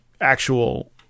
actual